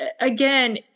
again